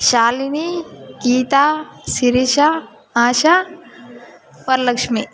Shalini Geetha Sirisha Asha Varalakshmi